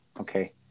okay